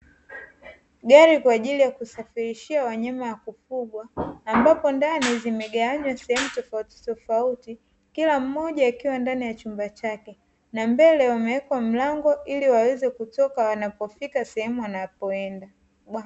Gari kwa ajili ya kusafirishia wanyama wa kufugwa, ambapo ndani zimegawanywa sehemu tofauti tofauti, kila mmoja akiwa ndani ya chumba chake, na mbele wamewekewa mlango ili waweze kutoka wanapofika sehemu wanapoenda.